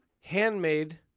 handmade